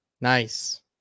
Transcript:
Nice